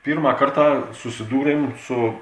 pirmą kartą susidūrėm su